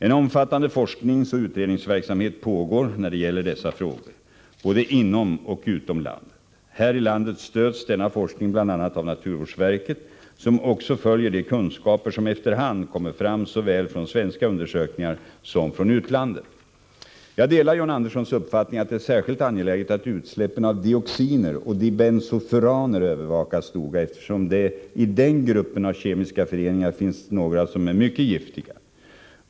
En omfattande forskningsoch utredningsverksamhet pågår när det gäller dessa frågor, både inom och utom landet. Här i landet stöds denna forskning bl.a. av naturvårdsverket som också följer de kunskaper som efter hand kommer fram såväl från svenska undersökningar som från utlandet. Jag delar John Anderssons uppfattning att det är särskilt angeläget att utsläppen av dioxiner och dibensofuraner övervakas noga, eftersom det i den gruppen av kemiska föreningar finns några som är mycket giftiga.